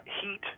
heat